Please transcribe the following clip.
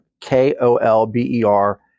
K-O-L-B-E-R